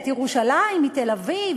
את ירושלים מתל-אביב,